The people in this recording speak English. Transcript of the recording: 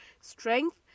strength